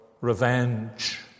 revenge